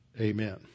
Amen